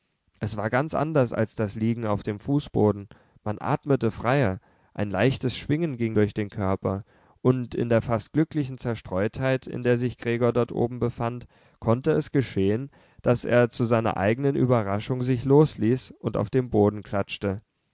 es war ganz anders als das liegen auf dem fußboden man atmete freier ein leichtes schwingen ging durch den körper und in der fast glücklichen zerstreutheit in der sich gregor dort oben befand konnte es geschehen daß er zu seiner eigenen überraschung sich losließ und auf den boden klatschte